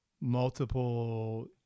multiple